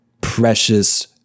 precious